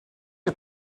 est